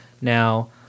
now